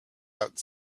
out